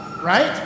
right